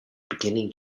beginning